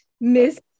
miss